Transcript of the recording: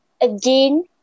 Again